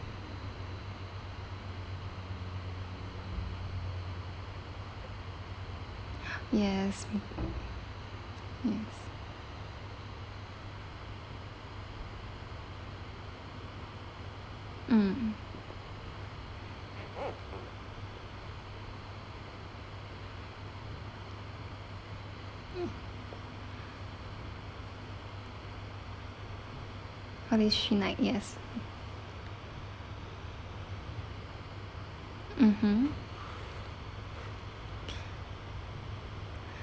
yes yes mm four days three night yes mmhmm